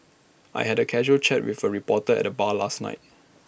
I had A casual chat with A reporter at the bar last night